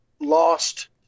lost